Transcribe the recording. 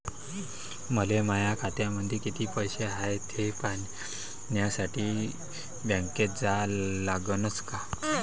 मले माया खात्यामंदी कितीक पैसा हाय थे पायन्यासाठी बँकेत जा लागनच का?